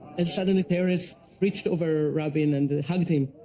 and suddenly, peres reached over rabin and hugged him,